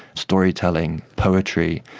storytelling, poetry,